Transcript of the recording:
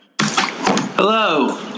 Hello